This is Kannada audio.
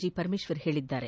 ಜಿ ಪರಮೇಶ್ವರ್ ಹೇಳಿದ್ದಾರೆ